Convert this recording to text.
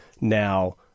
Now